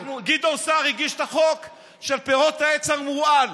גדעון סער הגיש את החוק של פירות העץ המורעל,